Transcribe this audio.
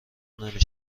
نمی